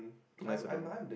too nice of their own